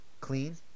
Clean